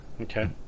Okay